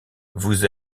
vous